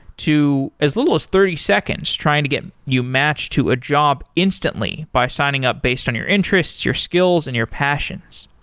to as little as thirty seconds trying to get you matched to a job instantly, by signing up based on your interests, your skills and your passions.